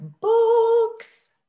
books